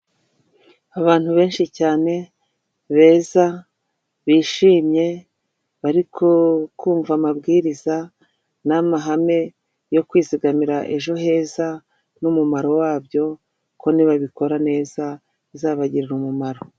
Abantu benshi cyane beza bishimye bari kumva amabwiriza n'amahame yo kwizigamira ejo heza n'umumaro wabyo ko nibabikora neza bizabagirira umumaro.